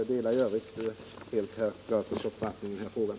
Jag delar i övrigt helt Per Gahrtons uppfattning i den här frågan.